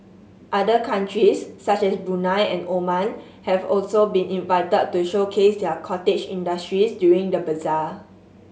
other countries such as Brunei and Oman have also been invited to showcase their cottage industries during the bazaar